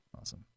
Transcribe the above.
Awesome